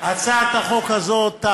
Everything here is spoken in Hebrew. הצעת החוק הזאת,